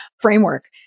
framework